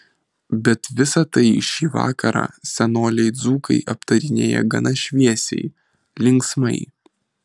bet visa tai šį vakarą senoliai dzūkai aptarinėja gana šviesiai linksmai